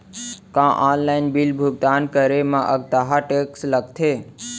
का online bill भुगतान करे मा अक्तहा टेक्स लगथे?